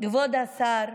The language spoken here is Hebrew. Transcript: כבוד השר,